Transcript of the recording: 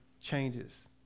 changes